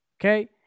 Okay